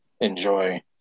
enjoy